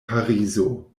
parizo